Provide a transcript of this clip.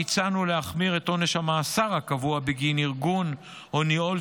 מוצע להחמיר את עונש המאסר הקבוע בגין ארגון או ניהול